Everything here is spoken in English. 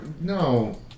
no